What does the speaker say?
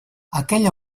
aquella